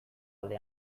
alde